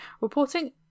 reporting